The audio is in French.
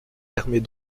permet